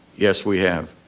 yes we have.